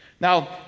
Now